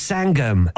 Sangam